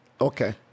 Okay